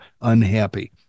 unhappy